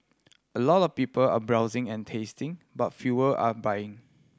a lot of people are browsing and tasting but fewer are buying